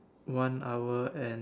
one hour and